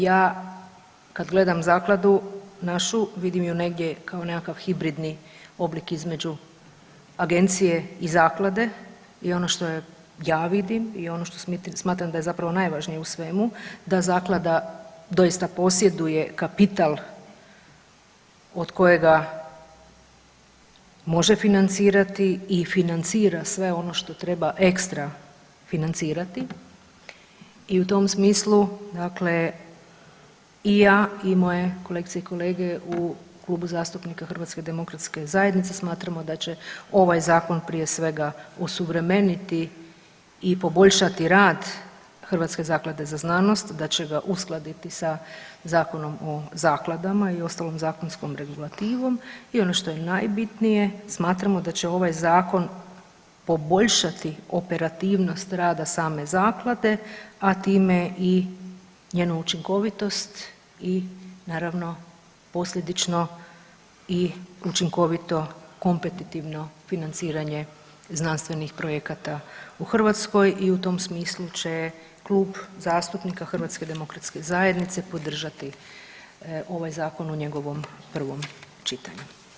Ja kad gledam zakladu našu vidim ju negdje kao nekakav hibridni oblik između agencije i zaklade i ono što ja vidim i ono što smatram da je zapravo najvažnije u svemu da zaklada doista posjeduje kapital od kojega može financirati i financira sve ono što treba ekstra financirati i u tom smislu dakle i ja i moje kolegice i kolege u Klubu zastupnika HDZ-a smatramo da će ovaj zakon prije svega osuvremeniti i poboljšati rad Hrvatske zaklade za znanost, da će ga uskladiti sa Zakonom o zakladama i ostalom zakonskom regulativom i ono što je najbitnije smatramo da će ovaj zakon poboljšati operativnost rada same zaklade, a time i njenu učinkovitost i naravno posljedično i učinkovito kompetitivno financiranje znanstvenih projekata u Hrvatskoj i u tom smislu će Klub zastupnika HDZ-a podržati ovaj zakon u njegovom prvom čitanju.